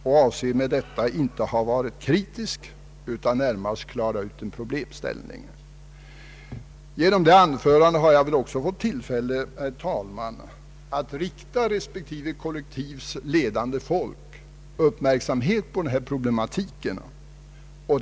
Min avsikt har inte varit att kritisera, utan jag har närmast velat klara upp en problemställning. Genom detta anförande har jag också fått tillfälle, herr talman, att rikta uppmärksamheten på den här problematiken bland respektive kollektivs ledande folk.